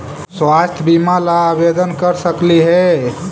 स्वास्थ्य बीमा ला आवेदन कर सकली हे?